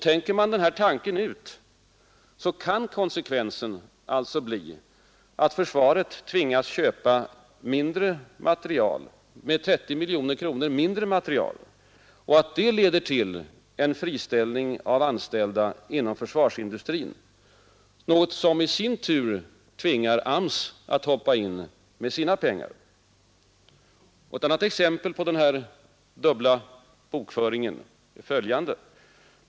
Tänker man denna tanke ut kan konsekvensen alltså bli att försvaret tvingas köpa för 30 miljoner kronor mindre materiel och att det leder till en friställning av anställda inom försvarsindustrin — något som i sin tur tvingar AMS att hoppa in med sina pengar. Ett annat exempel på denna dubbla bokföring är följande.